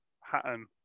Hatton